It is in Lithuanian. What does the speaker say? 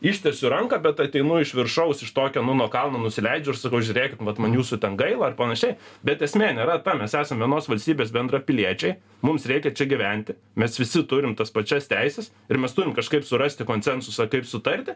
ištiesiu ranką bet ateinu iš viršaus iš tokio nu nuo kalno nusileidžiu ir sakau žiūrėkit vat man jūsų ten gaila ar panašiai bet esmė nėra ta mes esam vienos valstybės bendrapiliečiai mums reikia čia gyventi mes visi turim tas pačias teises ir mes turim kažkaip surasti konsensusą kaip sutarti